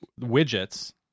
widgets